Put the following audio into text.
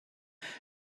seeing